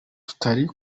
tutari